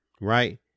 right